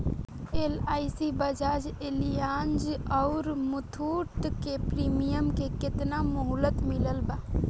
LIC Bajaj Allianz आउर मुथूट के premium के केतना मुहलत मिलल बा?